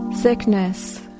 Sickness